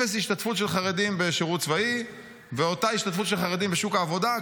אפס השתתפות של חרדים בשירות צבאי ואותה השתתפות של חרדים בשוק העבודה.